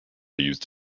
used